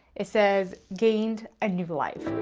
it says gained a new life.